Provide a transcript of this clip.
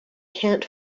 can’t